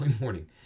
morning